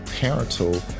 parental